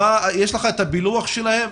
יש לך את הפילוח שלהם?